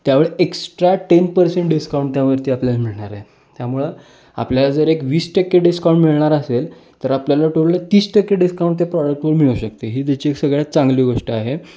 त्यावेळी extra ten percent discount त्यावरती आपल्याला मिळणार आहे त्यामुळं आपल्याला जर एक वीस टक्के डिस्काउंट मिळणार असेल तर आपल्याला टोटलं तीस टक्के डिस्कांट प्रॉडक्टवर मिळू शकते ही त्याची एक सगळ्यात चांगली गोष्ट आहे